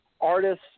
artists